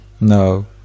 no